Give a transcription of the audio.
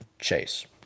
Chase